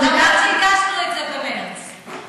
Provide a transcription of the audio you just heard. שהגשנו את זה במרס.